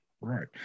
Right